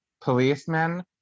policemen